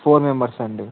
four members అండి